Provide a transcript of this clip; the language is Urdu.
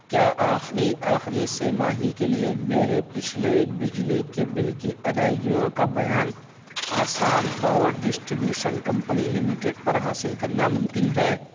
کیا آخری آخری سہ ماہی کے لیے میرے پچھلے بجلی کے بل کی ادائیگیوں کا بیان Assam power distribution company limited پر حاصل کرنا ممکن ہے